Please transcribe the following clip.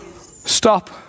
Stop